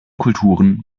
kulturen